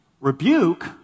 rebuke